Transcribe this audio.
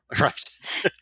right